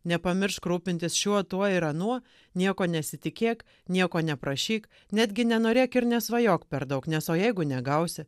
nepamiršk rūpintis šiuo tuo ir anuo nieko nesitikėk nieko neprašyk netgi nenorėk ir nesvajok per daug nes o jeigu negausi